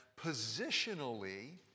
positionally